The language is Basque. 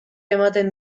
ematen